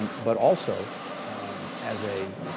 but also as a